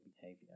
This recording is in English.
behavior